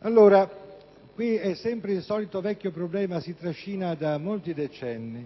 Siamo di fronte al solito vecchio problema, che si trascina da molti decenni: